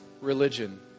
religion